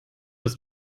ist